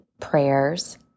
prayers